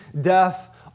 death